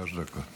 שלוש דקות.